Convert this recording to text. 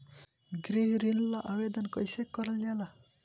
गृह ऋण ला आवेदन कईसे करल जाला?